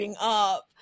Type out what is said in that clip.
up